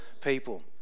people